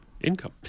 income